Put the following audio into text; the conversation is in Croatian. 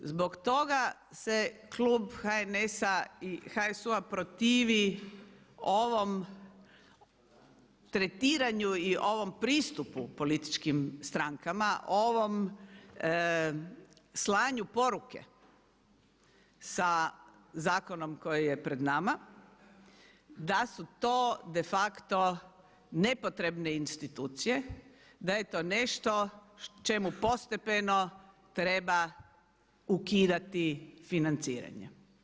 Zbog toga se klub HNS-a i HSU-a protivi ovom tretiranju i ovom pristupu političkim strankama, ovom slanju poruke sa zakonom koji je pred nama, da su to de facto nepotrebne institucije, da je to nešto čemu postepeno treba ukidati financiranje.